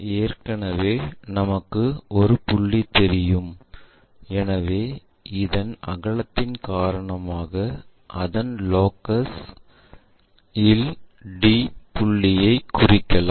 ஏற்கனவே நமக்கு ஒரு புள்ளி தெரியும் எனவே இந்த அகலத்தின் காரணமாக அதன் லோகஸ் இல் d புள்ளியை குறிக்கலாம்